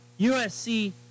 USC